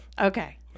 Okay